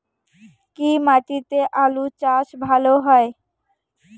কি মাটিতে আলু চাষ ভালো হয়?